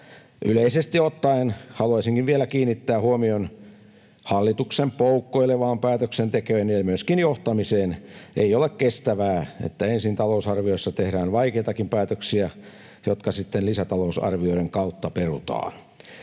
Yleisesti ottaen haluaisinkin vielä kiinnittää huomion hallituksen poukkoilevaan päätöksentekoon ja myöskin johtamiseen. Ei ole kestävää, että ensin talousarviossa tehdään vaikeitakin päätöksiä, jotka sitten lisätalousarvioiden kautta perutaan.